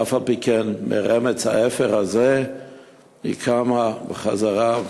ואף-על-פי-כן, מרמץ האפר הזה היא קמה בחזרה,